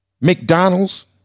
McDonald's